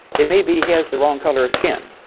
it may be he has the wrong color of skin.